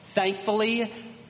Thankfully